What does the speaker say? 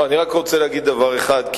אני רק רוצה להגיד דבר אחד,